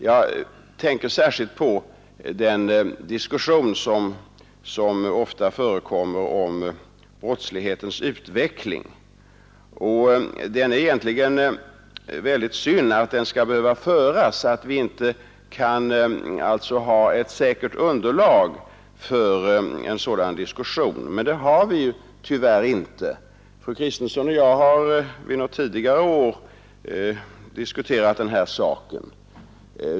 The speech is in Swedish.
Jag tänker särskilt på den diskussion som ofta förekommer om brottslighetens utveckling. Det är egentligen synd att den diskussionen skall behöva föras utan att vi har säkert underlag för den. Fru Kristensson och jag har tidigare diskuterat den här saken.